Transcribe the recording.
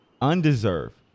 Undeserved